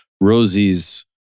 Rosie's